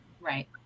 Right